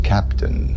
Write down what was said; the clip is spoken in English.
Captain